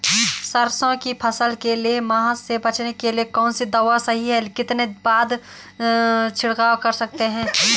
सरसों की फसल के लिए माह से बचने के लिए कौन सी दवा सही है कितने दिन बाद छिड़काव कर सकते हैं?